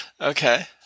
Okay